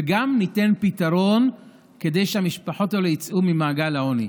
וגם ניתן פתרון כדי שהמשפחות הללו יצאו ממעגל העוני.